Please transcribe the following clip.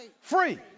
free